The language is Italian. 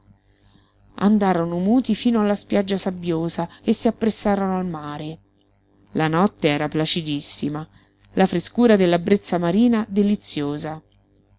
andarono muti fino alla spiaggia sabbiosa e si appressarono al mare la notte era placidissima la frescura della brezza marina deliziosa